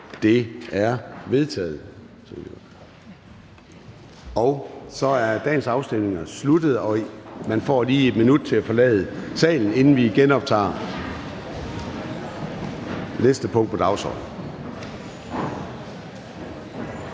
Det er vedtaget. Så er dagens afstemninger sluttet, og man får lige et minut til at forlade salen, inden vi går i gang med næste punkt på dagsordenen.